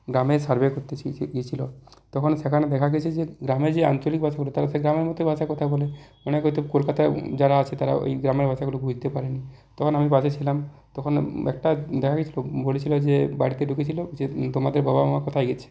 গ্রামে সার্ভে করতে গিয়েছিলো তখন সেখানে দেখা গেছে যে গ্রামের যে আঞ্চলিক ভাষাগুলো তারা সে গ্রামের মতো ভাষায় কথা বলে মানে কলকাতা যারা আছে তারা ওই গ্রামের ভাষাগুলো বুঝতে পারেনি তখন আমি পাশে ছিলাম তখন একটা গেছিলো বলেছিলো যে বাড়িতে ঢুকেছিলো যে তোমাদের বাবা মা কোথায় গেছে